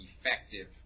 effective